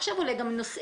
עכשיו יש גם נושאים,